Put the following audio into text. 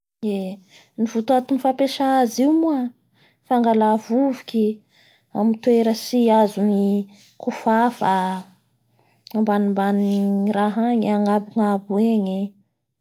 Ny ilaiva ny savony e, ha nala ny loto eo ee! hanala ny oto malakilaky amin'ny akanjo hanala ny microba amin'ny akanjo, hanala ny fofopofy amin'ny akanjo igny